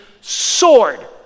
sword